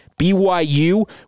BYU